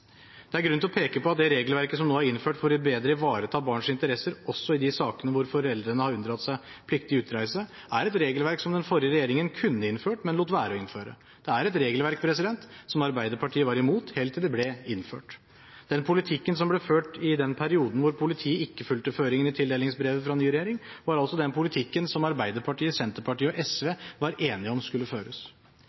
Det er grunn til å peke på at det regelverket som nå er innført for bedre å ivareta barns interesser, også i de sakene hvor foreldrene har unndratt seg pliktig utreise, er et regelverk som den forrige regjeringen kunne innført, men lot være å innføre. Det er et regelverk som Arbeiderpartiet var imot, helt til det ble innført. Den politikken som ble ført i den perioden hvor politiet ikke fulgte føringene i tildelingsbrevet fra ny regjering, var altså den politikken som Arbeiderpartiet, Senterpartiet og Sosialistisk Venstreparti var enige om skulle føres.